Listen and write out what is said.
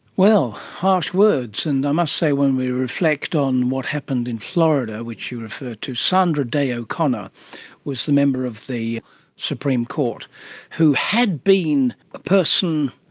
well, harsh words. and, i must say, when we reflect on what happened in florida, which you referred to, sandra day o'connor was the member of the supreme court who had been a person,